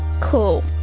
Cool